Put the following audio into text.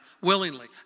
willingly